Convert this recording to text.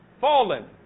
Fallen